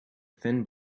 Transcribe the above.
thin